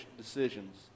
decisions